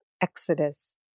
Exodus